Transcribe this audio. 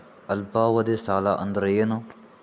ಅಲ್ಪಾವಧಿ ಸಾಲ ಅಂದ್ರ ಏನು?